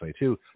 2022